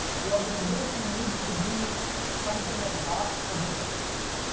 the organisation needs to be something that lasts for generations